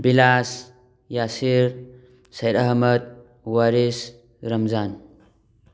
villas Yasir Sayid Ahmad Waris Ramzan